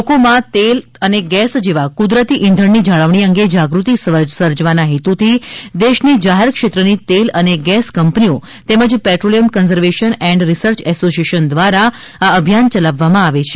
લોકોમાં તેલ અને ગેસ જેવા ક્રદરતી ઇંધણની જાળવણી અંગે જાગૃતિ સર્જવાના હેતુથી દેશની જાહેર ક્ષેત્રની તેલ અને ગેસ કંપનીઓ તેમજ petroleum conservation and research association દ્વારા આ અભિયાન યલાવવામાં આવે છે